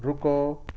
رکو